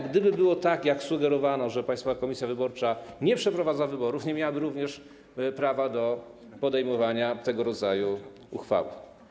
Gdyby było tak, jak sugerowano, że Państwowa Komisja Wyborcza nie przeprowadza wyborów, nie miałaby również prawa do podejmowania tego rodzaju uchwały.